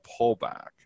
pullback